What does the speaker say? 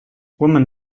woman